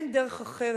אין דרך אחרת.